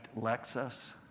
Lexus